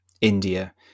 India